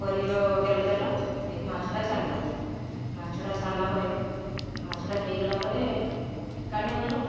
କରେଇର ତେଲ ଦେଲ ଦେଇକି ମାଛ ଟା ଛାଡ଼ିଲ ମାଛ ଟା ଛାଡ଼ିଲା ପରେ ମାଛଟା ହେଇଗଲା ପରେ କାଢ଼ି ଆଣିଲ